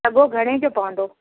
सॻो घणे जो पवंदो